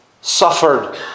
suffered